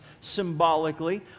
symbolically